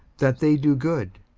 that they do good,